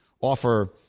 offer